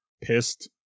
pissed